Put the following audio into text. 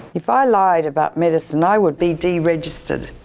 if i lied about medicine i would be deregistered.